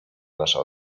nasza